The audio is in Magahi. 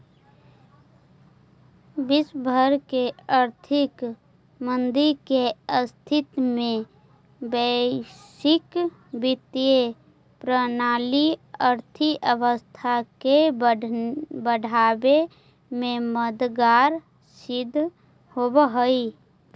विश्व भर के आर्थिक मंदी के स्थिति में वैश्विक वित्तीय प्रणाली अर्थव्यवस्था के बढ़ावे में मददगार सिद्ध होवऽ हई